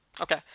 Okay